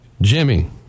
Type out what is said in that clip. Jimmy